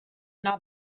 not